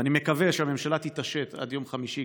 ואני מקווה שהממשלה תתעשת עד יום חמישי,